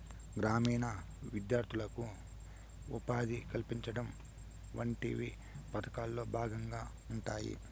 గ్రామీణ విద్యార్థులకు ఉపాధి కల్పించడం వంటివి పథకంలో భాగంగా ఉంటాయి